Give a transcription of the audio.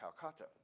Calcutta